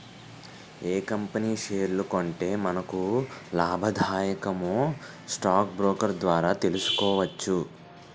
ఏ company షేర్లు కొంటే మనకు లాభాదాయకమో స్టాక్ బ్రోకర్ ద్వారా తెలుసుకోవచ్చు